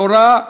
התורה,